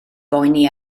boeni